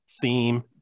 theme